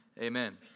Amen